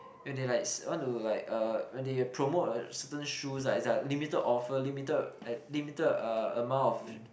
when they like when they promote a certain shoe it's like limited offer limited ed limited uh amount of